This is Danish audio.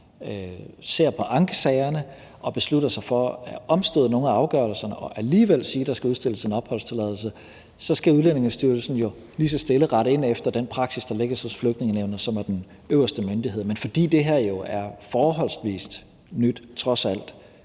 ser på ankesagerne og beslutter sig for at omstøde nogle af afgørelserne og sige, at der alligevel skal udstedes en opholdstilladelse, skal Udlændingestyrelsen jo lige så stille rette ind efter den praksis, der lægges hos Flygtningenævnet, som er den øverste myndighed. Men fordi det her jo er forholdsvis nyt, trods alt,